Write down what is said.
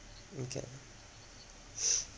okay